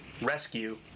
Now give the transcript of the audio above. Rescue